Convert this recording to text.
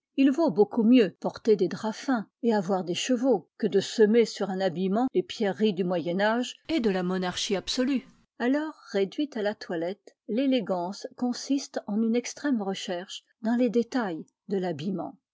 il vaut beaucoup mieux porter des draps fins et avoir des chevaux que de semer sur un habillement les pierreries du moyen âge et de la monarchie absolue alors réduite à la toilette l'élégance consiste en une extrême recherche dans les détails de l'habillement